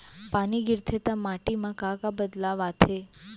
पानी गिरथे ता माटी मा का बदलाव आथे?